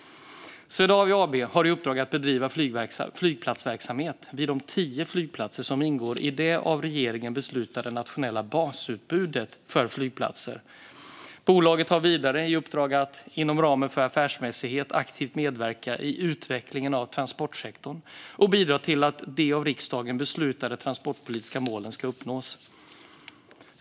Swedavia AB har i uppdrag att bedriva flygplatsverksamhet vid de tio flygplatser som ingår i det av regeringen beslutade nationella basutbudet av flygplatser. Bolaget har vidare i uppdrag att, inom ramen för affärsmässighet, aktivt medverka i utvecklingen av transportsektorn och bidra till att de av riksdagen beslutade transportpolitiska målen ska uppnås.